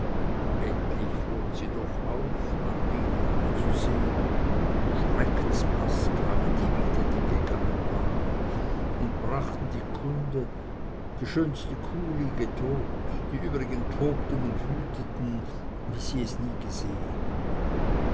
endlich fuhren sie doch auf man ging nachzusehen schreckensblaß kamen die wieder die gegangen waren und brachten die kunde die schönste kuh liege tot die übrigen tobten und wüteten wie sie es nie gesehen